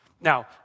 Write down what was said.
Now